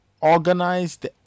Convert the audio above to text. Organized